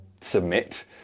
submit